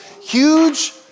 Huge